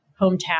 hometown